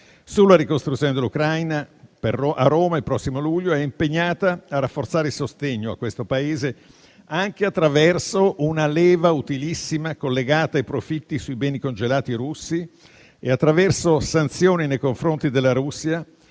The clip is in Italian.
sulla ricostruzione dell'Ucraina, prevista a Roma il prossimo luglio, impegnata a rafforzare il sostegno a quel Paese anche attraverso una leva utilissima collegata ai profitti sui beni congelati russi, attraverso sanzioni nei confronti della Russia,